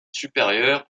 supérieur